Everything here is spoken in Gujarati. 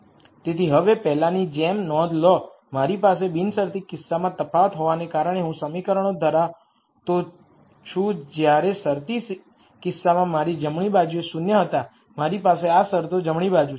તેથી હવે પહેલાંની જેમ નોંધ લો મારી પાસે બિનશરતી કિસ્સામાં તફાવત હોવાને કારણે હું સમીકરણો ધરાવતો છું જ્યારે શરતી કિસ્સામાં મારી જમણી બાજુએ શૂન્ય હતા મારી પાસે આ શરતો જમણી બાજુ છે